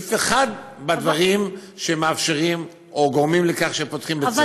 סעיף אחד בדברים שמאפשרים או גורמים לכך שפותחים בית-ספר.